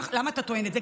למה אתה טוען את זה?